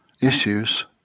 issues